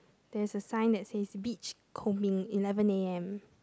there is a sign that says beach combing eleven A_M